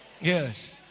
Yes